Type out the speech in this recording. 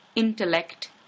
intellect